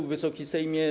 Wysoki Sejmie!